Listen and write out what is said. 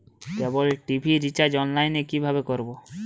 কেবল TV recharge online এ কিভাবে করব?